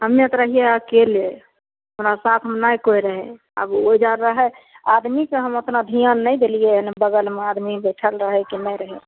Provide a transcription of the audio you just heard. हम्मे तऽ रहियै अकेले हँ साथमे नह कोइ रहए आब हिजा रहए आदमीके हम ओतना ध्यान नहि देलियै बगलमे आदमी बैठल रहए कि नहि रहए